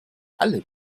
alle